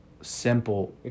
simple